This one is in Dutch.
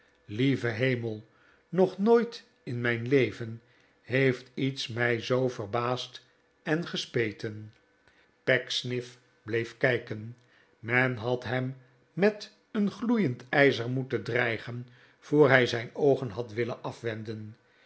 lieve hemel nog nooit in mijn leven heeft iets mij zoo verbaasd en gespeten pecksniff bleef kijken men had hem met een gloeiend ijzer moeten dreigen voor hij zijn oogen had willen afwenden